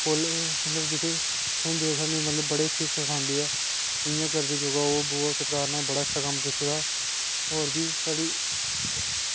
खोहले थ्होंदे मतलब सानूं बड़े अच्छे सखांदे ऐ कि ओह् सरकार नै बड़ा अच्छा कम्म कीते दा होर बी साढ़ी